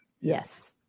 Yes